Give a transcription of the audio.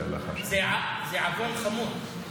זה עוון חמור.